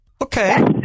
Okay